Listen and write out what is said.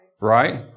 Right